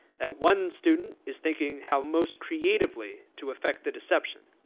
that one student is thinking how most creatively to affect the deception.